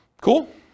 Cool